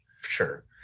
sure